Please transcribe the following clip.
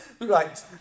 right